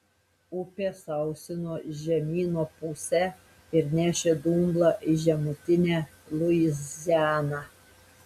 upė sausino žemyno pusę ir nešė dumblą į žemutinę luizianą